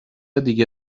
دیگه